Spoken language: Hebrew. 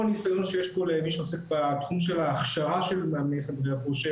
הניסיון שיש פה למי שעוסק בהכשרה של מאמני הכושר,